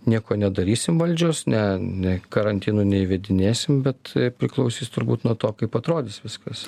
nieko nedarysim valdžios ne ne karantinų neįvedinėsim bet priklausys turbūt nuo to kaip atrodys viskas